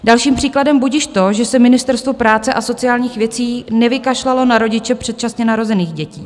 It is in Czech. Dalším příkladem budiž to, že se Ministerstvo práce a sociálních věcí nevykašlalo na rodiče předčasně narozených dětí.